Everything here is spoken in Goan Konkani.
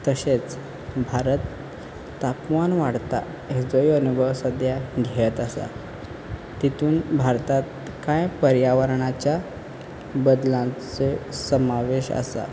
तशेंच भारत तापमान वाडपाक हाचोय अणभव सद्या घेत आसा तेतूंत भारतात कांय पर्यावरणाच्या बदलांत चो समावेश आसा